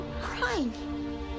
crying